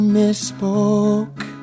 misspoke